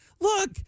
Look